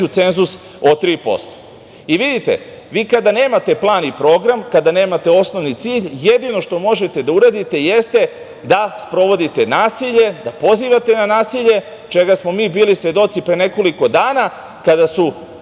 cenzus od 3%.Vidite, vi kada nemate plan i program, kada nemate osnovni cilj, jedino šta možete da uradite jeste da sprovodite nasilje, da pozivate na nasilje, čega smo mi bili svedoci pre nekoliko dana kada su